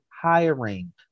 Hiring